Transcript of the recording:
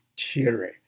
theory